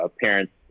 parents